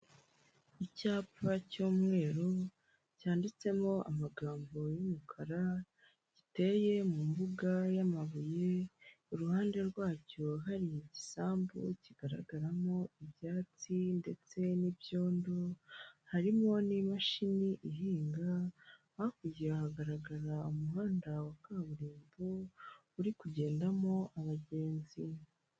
Icyapa cy'umweru cyanditsemo amagambo y'umukara giteye mu mbuga y'amabuye, iruhande rwacyo hari igisambu kigaragaramo ibyatsi ndetse n'ibyondo, harimo n'imashini ihinga, hakurya hagaragara umuhanda wa kaburimbo uri kugendamo abagenzi.